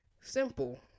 simple